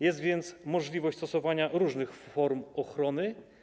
Jest więc możliwość stosowania różnych form ochrony.